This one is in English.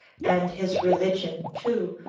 and his religion, too,